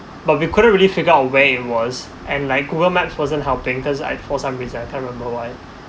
but we couldn't really figure out where it was and like google map wasn't helping because I for some reason I can't remember why